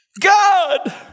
God